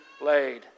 laid